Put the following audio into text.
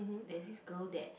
there's this girl that